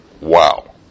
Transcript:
Wow